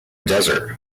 desert